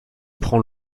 prend